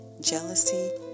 jealousy